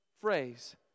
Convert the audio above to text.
phrase